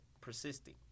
persisting